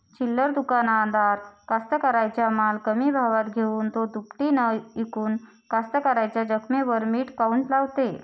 चिल्लर दुकानदार कास्तकाराइच्या माल कमी भावात घेऊन थो दुपटीनं इकून कास्तकाराइच्या जखमेवर मीठ काऊन लावते?